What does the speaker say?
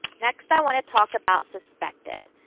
next, i want to talk about suspected.